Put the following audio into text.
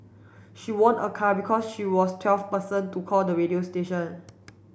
she won a car because she was twelfth person to call the radio station